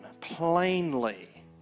plainly